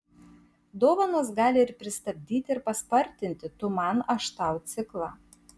dovanos gali ir pristabdyti ir paspartinti tu man aš tau ciklą